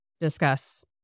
discuss